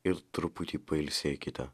ir truputį pailsėkite